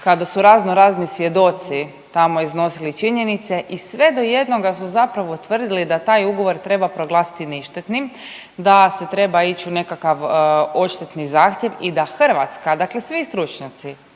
kada su raznorazni svjedoci tamo iznosili činjenice i sve do jednoga su zapravo tvrdili da taj ugovor treba proglasiti ništetnim, da se treba ić u nekakav odštetni zahtjev i da Hrvatska dakle svi stručnjaci